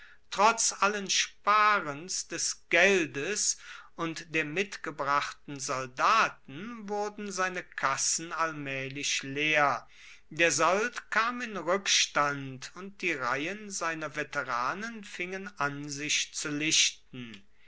trotz allen sparens des geldes und der mitgebrachten soldaten wurden seine kassen allmaehlich leer der sold kam in rueckstand und die reihen seiner veteranen fingen an sich zu lichten